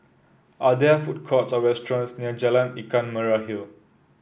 are there food courts or restaurants near Jalan Ikan Merah Hill